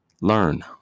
learn